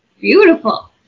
Beautiful